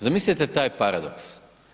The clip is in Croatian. Zamislite taj paradoks.